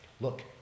look